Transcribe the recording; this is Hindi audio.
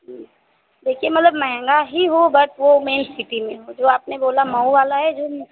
जी देखिए मतलब महंगा ही हो बट वह मैन सिटी में हो जो आपने बोला मऊ वाला है जो